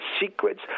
secrets